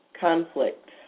conflict